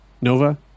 nova